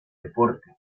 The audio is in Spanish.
deporte